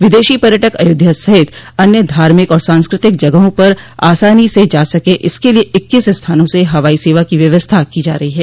विदेशी पर्यटक अयोध्या सहित अन्य धार्मिक और सांस्कृतिक जगहों पर आसानी से जा सके इसके लिए इक्कोस स्थानों से हवाई सेवा की व्यवस्था की जा रही है